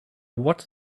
what